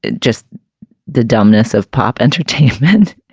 just the dumbness of pop entertainment.